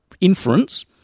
inference